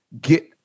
get